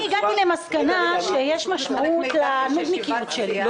--- ואני עונה --- אני הגעתי למסקנה שיש משמעות לנודניקיות שלי.